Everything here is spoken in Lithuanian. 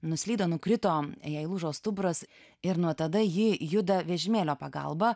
nuslydo nukrito jai lūžo stuburas ir nuo tada ji juda vežimėlio pagalba